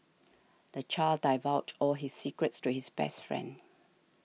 the child divulged all his secrets to his best friend